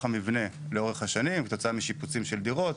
המבנה לאורך השנים כתוצאה משיפוצים של דירות